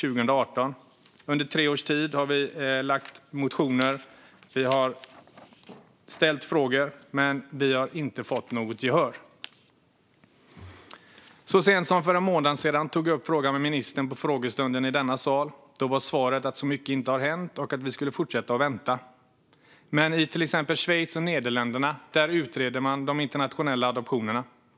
Under tre års tid har vi motionerat och ställt frågor men inte fått något gehör. Så sent som för en månad sedan tog jag upp frågan med ministern på frågestunden i denna sal. Då var svaret att inte mycket hade hänt och att vi skulle fortsätta vänta. Men i till exempel Schweiz och Nederländerna utreder man de internationella adoptionerna.